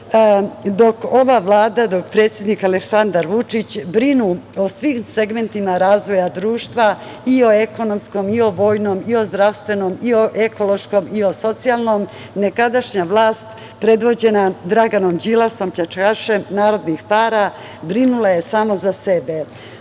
ova Vlada, dok predsednik Aleksandar Vučić brinu o svim segmentima razvoja društva i o ekonomskom i o vojnom i zdravstvenom i o ekološkom i o socijalnom, nekadašnja vlast predvođena Draganom Đilasom, pljačkašem narodnih para, brinula je samo za sebe. Sem